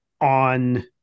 on –